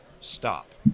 stop